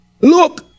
Look